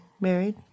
married